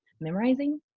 memorizing